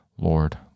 Lord